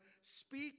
speak